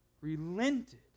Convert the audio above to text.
relented